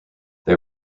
they